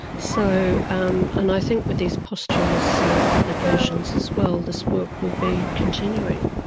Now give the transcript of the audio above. so um and i think with these posthumous um publications as well this work will be continuing.